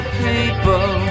people